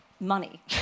money